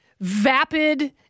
vapid